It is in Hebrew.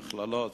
במכללות,